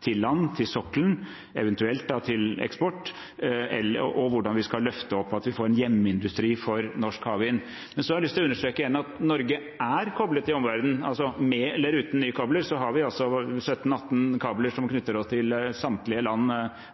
til land, til sokkelen og eventuelt til eksport, og når det gjelder hvordan vi skal løfte opp at vi får en hjemmeindustri for norsk havvind. Så har jeg lyst til igjen å understreke at Norge er koblet til omverdenen – med eller uten nye kabler har vi altså 17–18 kabler som knytter oss til samtlige land